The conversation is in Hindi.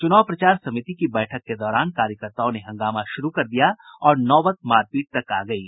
चुनाव प्रचार समिति की बैठक के दौरान कार्यकर्ताओं ने हंगामा शुरू कर दिया और नौबत मारपीट तक आ गयी